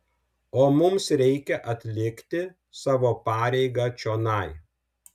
o mums reikia atlikti savo pareigą čionai